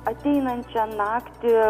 ateinančią naktį